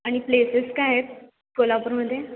आणि प्लेसेस काय आहेत कोल्हापूरमध्ये